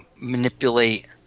manipulate